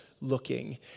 looking